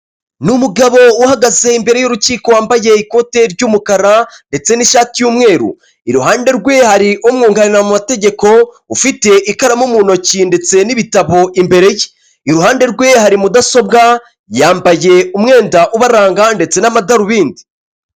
Ni umugabo uhagaze imbere y'urukiko wambaye ikote ry'umukara ndetse n'ishati y'umweru, iruhande rwe hari umwunganira mu mategeko ufite ikaramu mu ntoki ndetse n'ibitabo imbere ye. Iruhande rwe hari mudasobwa, yambaye umwenda ubaranga ndetse n'amadarubindi.